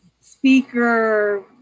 speaker